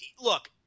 look